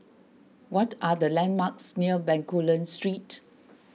what are the landmarks near Bencoolen Street